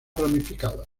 ramificadas